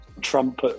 Trump